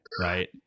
right